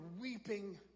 weeping